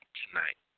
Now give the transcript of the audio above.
tonight